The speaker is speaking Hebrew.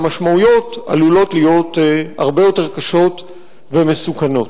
והמשמעויות עלולות להיות הרבה יותר קשות ומסוכנות.